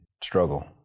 struggle